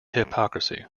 hypocrisy